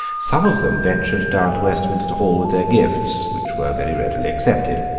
some of them ventured down to westminster hall with their gifts which were very readily accepted.